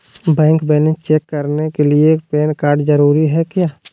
Bank balance check करने के लिए पैन कार्ड जरूरी है क्या?